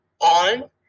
on